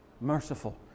merciful